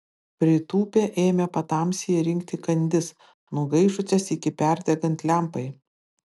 pritūpę ėmė patamsyje rinkti kandis nugaišusias iki perdegant lempai